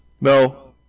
No